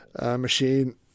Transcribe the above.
machine